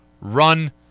run